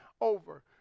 over